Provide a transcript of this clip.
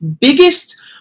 biggest